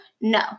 No